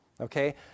Okay